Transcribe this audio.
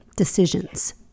decisions